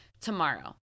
tomorrow